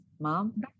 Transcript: mom